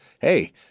hey